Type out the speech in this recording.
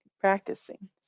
practicing